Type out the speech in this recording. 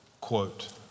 quote